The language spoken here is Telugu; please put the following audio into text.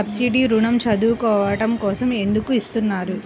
సబ్సీడీ ఋణం చదువుకోవడం కోసం ఎందుకు ఇస్తున్నారు?